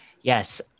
yes